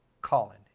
Colin